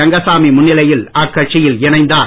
ரங்கசாமி முன்னிலையில் அக்கட்சியில் இணைந்தார்